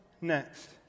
next